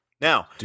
Now